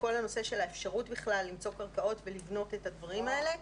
כל הנושא של האפשרות בכלל למצוא קרקעות ולבנות את הדברים האלה.